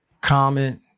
Comment